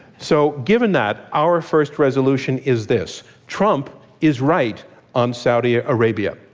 so, given that, our first resolution is this trump is right on saudi ah arabia.